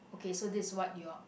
okay so this what your